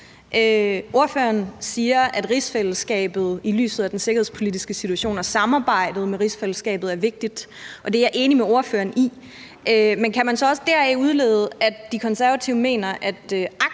Ordføreren siger, at rigsfællesskabet i lyset af den sikkerhedspolitiske situation og samarbejdet i rigsfællesskabet er vigtigt, og det er jeg enig med ordføreren i, men kan man så også deraf udlede, at De Konservative mener,